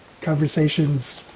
conversations